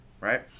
right